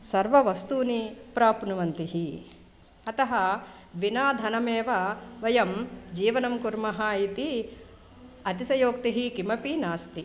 सर्ववस्तूनि प्राप्नुवन्ति अतः विना धनमेव वयं जीवनं कुर्मः इति अतिशयोक्तिः किमपि नास्ति